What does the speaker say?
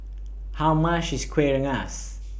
How much IS Kueh Rengas